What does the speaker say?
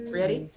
Ready